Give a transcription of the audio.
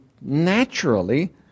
naturally